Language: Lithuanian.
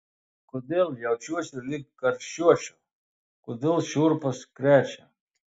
kodėl jaučiuosi lyg karščiuočiau kodėl šiurpas krečia